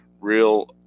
real